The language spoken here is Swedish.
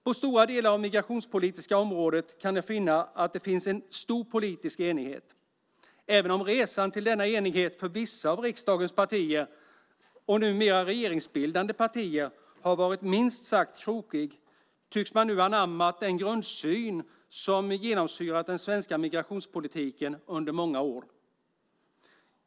På stora delar av det migrationspolitiska området kan jag finna att det finns en stor politisk enighet. Även om resan till denna enighet för vissa av riksdagens partier, och numera regeringsbildande partier, har varit minst sagt krokig tycks man nu ha anammat den grundsyn som genomsyrat den svenska migrationspolitiken under många år.